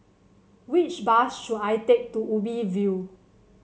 which bus should I take to Ubi View